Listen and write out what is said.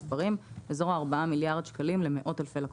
באזור הארבעה מיליארד שקלים למאות-אלפי לקוחות.